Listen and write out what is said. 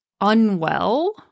unwell